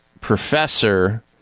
professor